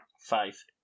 five